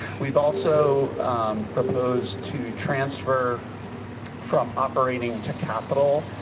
we have also proposed to transfer from operating to capital,